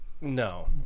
No